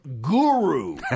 guru